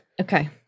Okay